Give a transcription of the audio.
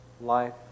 life